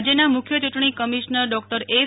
રાજ્યના મુખ્ય યૂંટણી કમિશ્નર ડોક્ટર એસ